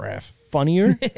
funnier